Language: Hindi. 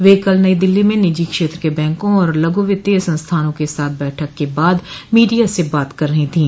वे कल नई दिल्ली में निजी क्षेत्र के बैंकों और लघु वित्तीय संस्थानों के साथ बैठक के बाद मीडिया से बात कर रही थीं